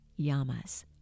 Yamas